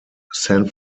san